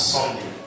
Sunday